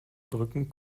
brücken